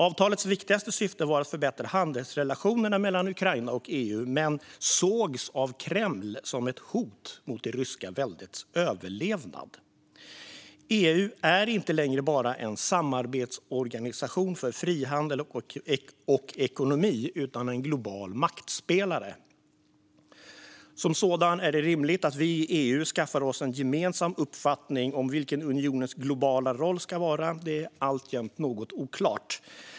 Avtalets viktigaste syfte var att förbättra handelsrelationerna mellan Ukraina och EU, men det sågs av Kreml som ett hot mot det ryska väldets överlevnad. EU är inte längre bara en samarbetsorganisation för frihandel och ekonomi utan är också en global maktspelare. Som sådan är det rimligt att vi i EU skaffar oss en gemensam uppfattning om vilken unionens globala roll ska vara. Detta är alltjämt något oklart.